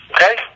Okay